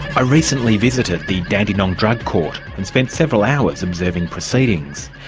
i recently visited the dandenong drug court and spent several hours observing proceedings.